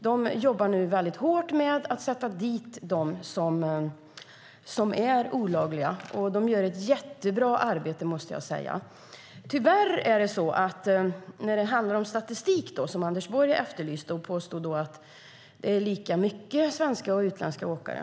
De jobbar nu väldigt hårt med att sätta dit dem som är olagliga, och jag måste säga att de gör ett jättebra arbete. Anders Borg efterlyste statistik, och han påstod att det är lika mycket svenska som utländska åkare.